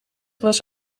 was